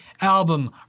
album